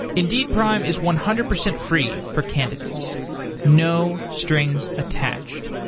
indeed prime is one hundred percent free for candidates no strings attached.